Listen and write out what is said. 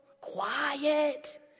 quiet